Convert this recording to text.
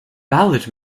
ballot